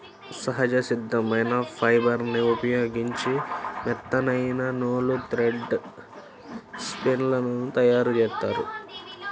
సహజ సిద్ధమైన ఫైబర్ని ఉపయోగించి మెత్తనైన నూలు, థ్రెడ్ స్పిన్ లను తయ్యారుజేత్తారు